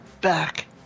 back